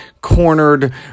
cornered